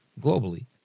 globally